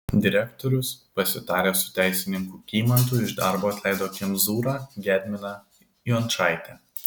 direktorius pasitaręs su teisininku kymantu iš darbo atleido kemzūrą gedminą jončaitę